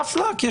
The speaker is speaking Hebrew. Tough luck.